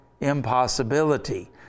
impossibility